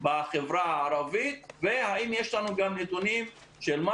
בחברה הערבית והאם יש לנו גם נתונים של מה